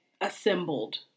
assembled